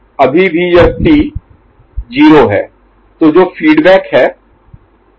तो जो फीडबैक है वह 1 है टी प्राइम